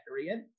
period